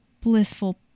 blissful